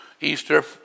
Easter